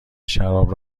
شراب